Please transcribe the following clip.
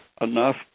enough